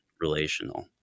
relational